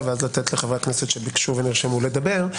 ואז לתת לחברי הכנסת שביקשו ונרשמו לדבר.